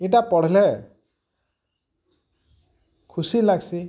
ଏଇଟା ପଢ଼ଲେ ଖୁସି ଲାଗ୍ସି